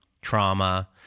trauma